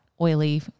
oily